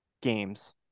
games